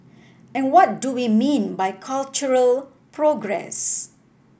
and what do we mean by cultural progress